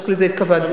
ובדיוק לזה התכוונתי.